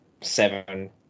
seven